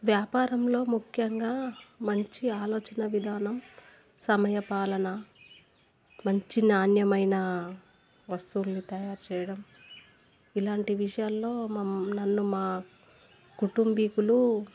వ్యాపారంలో ముఖ్యంగా మంచి ఆలోచన విధానం సమయపాలన మంచి నాణ్యమైన వస్తువుల్ని తయారు చేయడం ఇలాంటి విషయాల్లో మా నన్ను మా కుటుంబీకులు